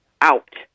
out